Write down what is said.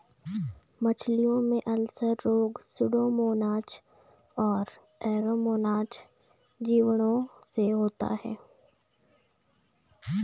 मछलियों में अल्सर रोग सुडोमोनाज और एरोमोनाज जीवाणुओं से होता है